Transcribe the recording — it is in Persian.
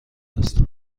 است